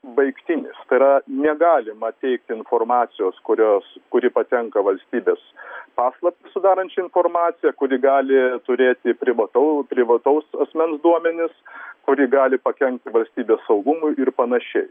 baigtinis tai yra negalima teikti informacijos kurios kuri patenka valstybės paslaptį sudarančią informaciją kuri gali turėti privatau privataus asmens duomenis kuri gali pakenkti valstybės saugumui ir panašiai